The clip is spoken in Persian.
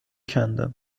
کندم